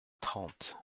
trente